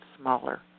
smaller